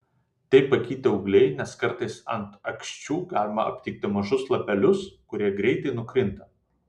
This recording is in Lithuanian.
tai pakitę ūgliai nes kartais ant aksčių galima aptikti mažus lapelius kurie greitai nukrinta